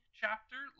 chapter